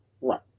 Right